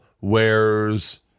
wears